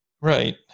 right